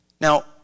Now